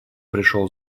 пришел